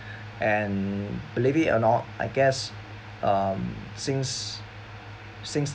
and believe it or not I guess um since since